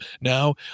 Now